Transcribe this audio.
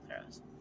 throws